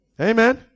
amen